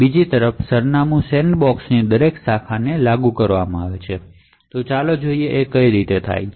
બીજી તરફ address sandboxing દરેક બ્રાન્ચને લાગુ કરે છે અને ચાલો જોઈએ કે આ કેવી રીતે થાય છે